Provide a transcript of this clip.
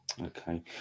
okay